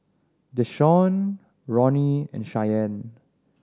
Deshawn Ronny and Cheyenne